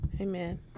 Amen